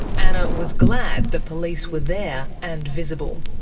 anna was glad the police were there and visible.